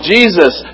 Jesus